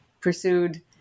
pursued